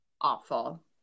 awful